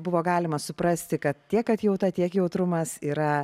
buvo galima suprasti kad tiek atjauta tiek jautrumas yra